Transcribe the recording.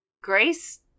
Grace